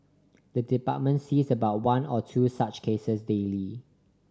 the department sees about one or two such cases daily